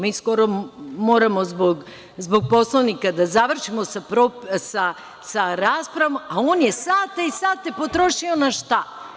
Mi skoro moramo zbog Poslovnika da završimo sa raspravom, a on je sate i sate potrošio na šta?